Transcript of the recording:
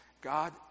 God